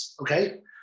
okay